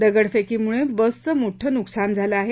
दगडफेकीमुळे बसचे मोठे नुकसान झाले आहे